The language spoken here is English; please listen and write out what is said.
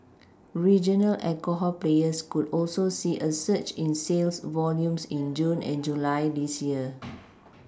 regional alcohol players could also see a surge in sales volumes in June and July this year